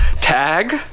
Tag